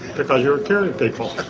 because you're curing people!